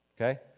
Okay